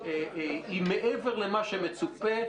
היא מעבר למה שמצופה,